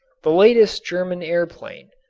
the latest german airplane,